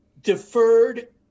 deferred